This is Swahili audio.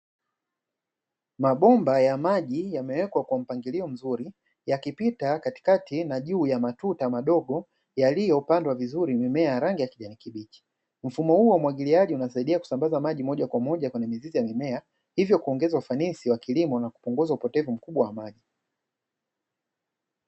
Mabomba ya maji yamewekwa kwa mpangilio mzuri, yakipita katikati na juu ya matuta madogo yaliyopandwa vizuri mimea ya rangi ya kijani kibichi. Mfumo huu wa umwagiliaji unasaidia kusambaza maji moja kwa moja kwenye mizizi ya mimea, hivyo kuongeza ufanisi wa kilimo na kupunguza upotevu mkubwa wa maji.